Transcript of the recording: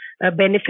benefit